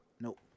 nope